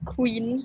Queen